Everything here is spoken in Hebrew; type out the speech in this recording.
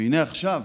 והינה עכשיו